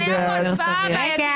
הייתה פה הצבעה בעייתית.